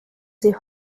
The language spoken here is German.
sie